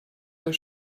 der